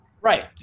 right